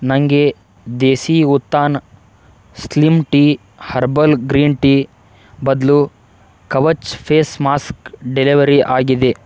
ನನಗೆ Desi Utthana slim tea herbal green tea ಬದಲು Kavach face mask delivery ಆಗಿದೆ